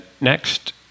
Next